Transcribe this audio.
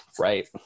right